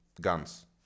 guns